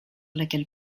laquelle